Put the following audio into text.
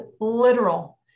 literal